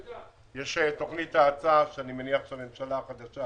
יש תוכנית האצה, שאני מניח שהממשלה החדשה